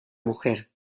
mujer